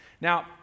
Now